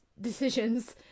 decisions